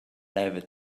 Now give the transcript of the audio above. never